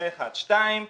כמו כן,